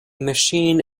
machine